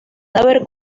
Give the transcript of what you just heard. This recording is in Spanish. cadáver